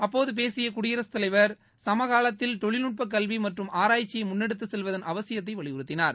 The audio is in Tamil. அப்போது பேசிய குடியரசுத் தலைவர் சமகாலத்தில் தொழில்நுட்ப கல்வி மற்றும் ஆராய்ச்சியை முன்னெடுத்து செல்வதன் அவசியத்தை வலியுறுத்தினார்